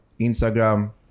Instagram